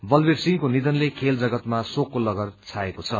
बलबीर सिंहको निधनले खेल जगतमा शोकको लहर छाएको छ